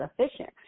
sufficient